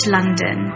London